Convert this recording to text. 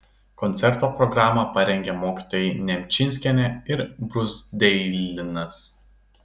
koncerto programą parengė mokytojai nemčinskienė ir bruzdeilinas